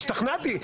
השתכנעתי.